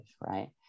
right